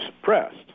suppressed